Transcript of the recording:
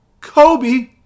Kobe